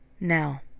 Now